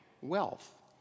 wealth